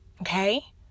Okay